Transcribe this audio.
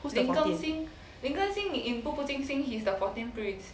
who is the fourteenth